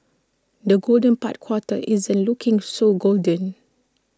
the golden part quarter isn't looking so golden